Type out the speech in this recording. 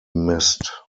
missed